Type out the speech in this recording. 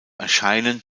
erscheinen